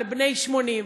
על בני 80,